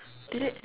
did it